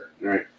Right